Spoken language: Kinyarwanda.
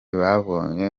babonye